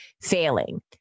failing